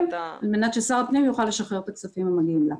על מנת ששר הפנים יוכל לשחרר את הכספים המגיעים לה,